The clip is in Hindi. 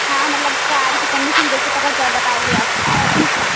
हाँ मतलब कार की कंडीसन देख के पता च बताओगे आप तीस का